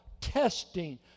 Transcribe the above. testing